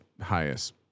highest